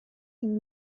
can